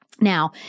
Now